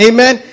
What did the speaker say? Amen